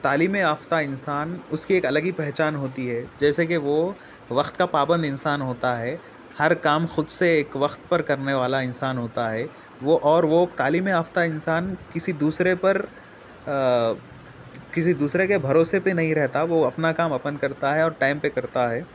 تعلیم یافتہ انسان اس کی ایک الگ ہی پہچان ہوتی ہے جیسے کہ وہ وقت کا پابند انسان ہوتا ہے ہر کام خود سے ایک وقت پر کرنے والا انسان ہوتا ہے وہ اور وہ تعلیم یافتہ انسان کسی دوسرے پر کسی دوسرے کے بھروسے پہ نہیں رہتا وہ اپنا کام اپن کرتا ہے اور ٹائم پہ کرتا ہے